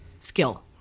skill